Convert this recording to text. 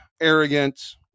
arrogant